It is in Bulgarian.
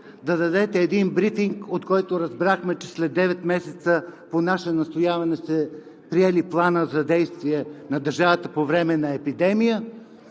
да дадете брифинг, от който разбрахме, че след девет месеца по наше настояване сте приели Плана за действие на държавата по време на епидемия